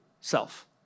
self